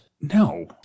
No